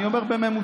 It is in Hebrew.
אני אומר בממוצע.